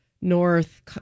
north